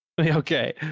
Okay